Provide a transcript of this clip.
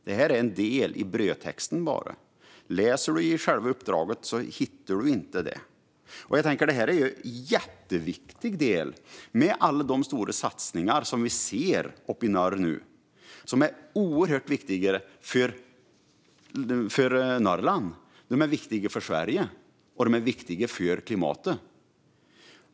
Det är bara en del i brödtexten. Läser man uppdraget hittar man det inte. Det här är ju en jätteviktig del med tanke på alla de stora satsningar vi nu ser uppe i norr, som är oerhört viktiga för Norrland, för Sverige och för klimatet.